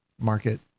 market